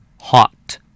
hot